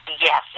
Yes